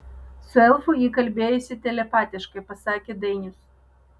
su elfu ji kalbėjosi telepatiškai pasakė dainius